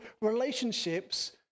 relationships